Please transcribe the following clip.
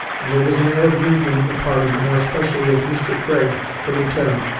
and there was an air of movement in the party, more especially as mr. craig, the lieutenant,